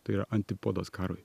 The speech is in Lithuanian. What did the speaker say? tai yra antipodas karui